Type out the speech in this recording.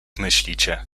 myślicie